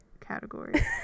category